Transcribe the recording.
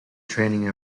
training